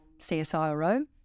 CSIRO